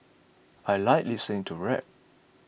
I like listening to rap